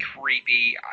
creepy